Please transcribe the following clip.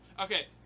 Okay